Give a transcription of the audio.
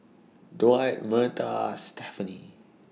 Dwight Myrta Stephany